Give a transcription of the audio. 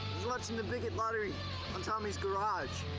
watching the bigot lottery on tommy's garage.